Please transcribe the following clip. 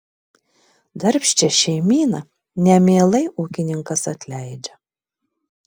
darbščią šeimyną nemielai ūkininkas atleidžia